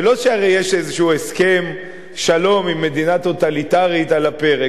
הרי זה לא שיש איזשהו הסכם שלום עם מדינה טוטליטרית על הפרק.